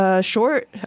Short